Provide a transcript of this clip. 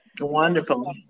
Wonderful